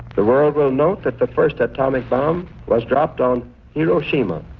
the world will note that the first atomic bomb was dropped on hiroshima.